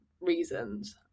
reasons